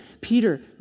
Peter